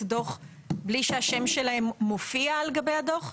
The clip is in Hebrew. דוח בלי שהשם שלהם מופיע על גבי הדוח?